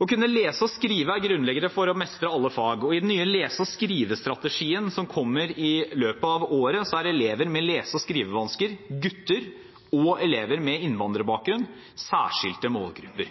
Å kunne lese og skrive er grunnleggende for å mestre alle fag, og i den nye lese- og skrivestrategien som kommer i løpet av året, er elever med lese- og skrivevansker, gutter og elever med innvandrerbakgrunn særskilte målgrupper.